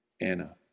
Anna